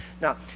Now